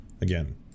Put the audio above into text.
again